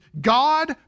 God